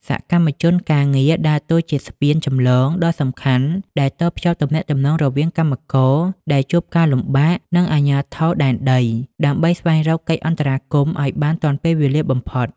សកម្មជនការងារដើរតួជាស្ពានចម្លងដ៏សំខាន់ដែលតភ្ជាប់ទំនាក់ទំនងរវាងកម្មករដែលជួបការលំបាក និងអាជ្ញាធរដែនដី ដើម្បីស្វែងរកកិច្ចអន្តរាគមន៍ឱ្យបានទាន់ពេលវេលាបំផុត។